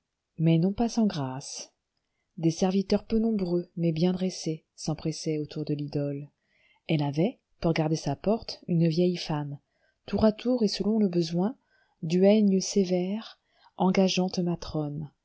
mais non pas sans grâce des serviteurs peu nombreux mais bien dressés s'empressaient autour de l'idole elle avait pour garder sa porte une vieille femme tour à tour et selon le besoin duègne sévère engageante matrone